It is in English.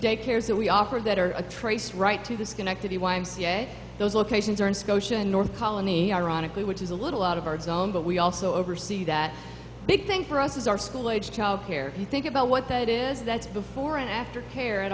day cares that we offer that or a trace right to the schenectady y m c a those locations are in scotia north colony ironically which is a little out of our zone but we also oversee that big thing for us is our school aged child care if you think about what that is that's before and after care at